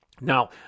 Now